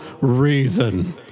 reason